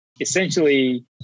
essentially